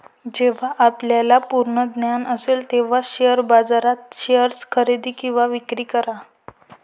जेव्हा आपल्याला पूर्ण ज्ञान असेल तेव्हाच शेअर बाजारात शेअर्स खरेदी किंवा विक्री करा